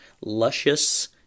luscious